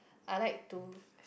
I like to